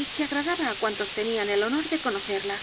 y que agradaba á cuantos tenían el honor de conocerla